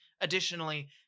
Additionally